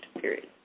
period